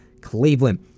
Cleveland